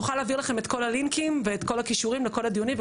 נוכל להעביר לכם את כל הלינקים ואת כל הקישורים וכל הדיונים,